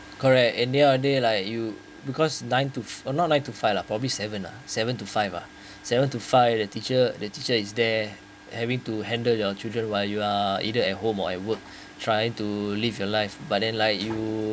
correct and they are they like you because nine to uh not nine to five lah probably seven lah seven to five uh seven to five the teacher the teacher is there having to handle your children while you are either at home or at work trying to live your life but then like you